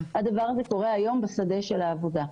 הדבר הזה קורה היום בשדה של העבודה.